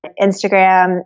Instagram